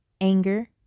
anger